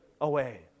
away